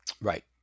Right